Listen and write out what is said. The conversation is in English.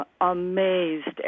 amazed